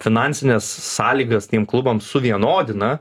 finansines sąlygas tiem klubam suvienodina